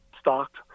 stocked